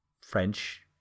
french